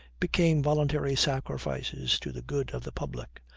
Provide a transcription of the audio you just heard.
became voluntary sacrifices to the good of the public.